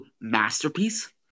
masterpiece